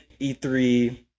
E3